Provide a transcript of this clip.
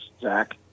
Zach